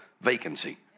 vacancy